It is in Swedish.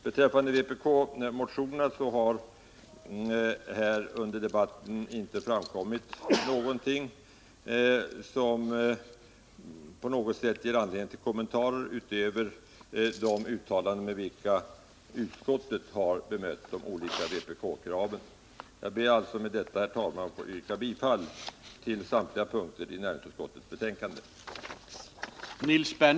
Beträffande vpk-motionerna har under debatten inte framkommit någon ting som ger anledning till kommentarer utöver de uttalanden med vilka utskottet har bemött de olika vpk-kraven. Jag ber med detta, herr talman, att få yrka bifall till samtliga punkter i utskottets hemställan.